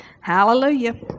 Hallelujah